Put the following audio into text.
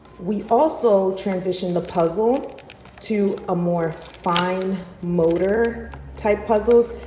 we also transition the puzzle to a more fine motor type puzzles.